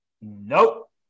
Nope